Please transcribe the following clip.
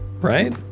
Right